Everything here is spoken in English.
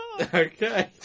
Okay